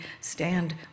stand